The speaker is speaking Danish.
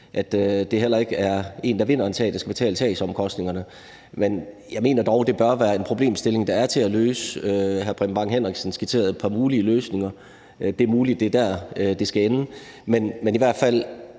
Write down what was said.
at det heller ikke er den, der vinder sagen, der skal betale sagsomkostningerne. Men jeg mener dog, det bør være en problemstilling, der er til at løse. Hr. Preben Bang Henriksen skitserede et par mulige løsninger. Det er muligt, det er der, det skal ende. Når vi ser på